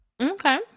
okay